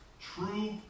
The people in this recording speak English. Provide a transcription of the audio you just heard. True